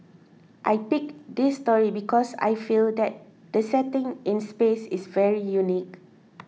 I picked this story because I feel that the setting in space is very unique